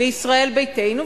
לישראל ביתנו,